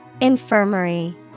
Infirmary